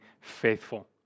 faithful